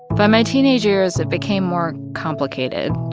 by my teenage years, it became more complicated.